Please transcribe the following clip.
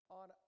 on